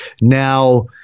now